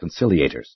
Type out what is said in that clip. conciliators